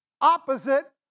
opposite